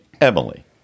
Emily